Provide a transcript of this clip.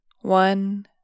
One